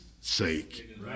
sake